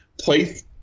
play –